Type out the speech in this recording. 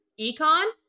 Econ